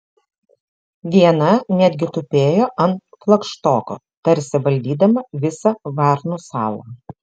viena netgi tupėjo ant flagštoko tarsi valdydama visą varnų salą